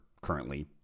currently